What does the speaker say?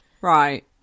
right